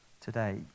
today